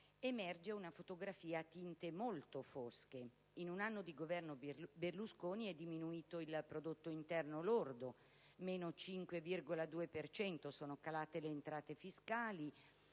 emerge una fotografia a tinte molto fosche: in un anno di Governo Berlusconi è diminuito il prodotto interno lordo (meno 5,2 per cento), sono calate le entrate fiscali,